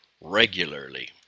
regularly